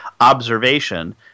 observation